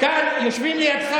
לא היו, כאן, יושבים לידך.